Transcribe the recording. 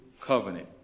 covenant